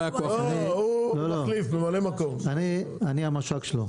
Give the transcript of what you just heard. אני המש"ק שלו.